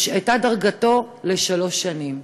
הושעתה דרגתו לשלוש שנים.